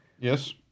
Yes